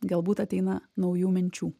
galbūt ateina naujų minčių